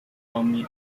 方面